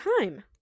time